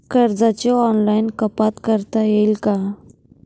कर्जाची ऑनलाईन कपात करता येईल का?